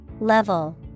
Level